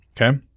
Okay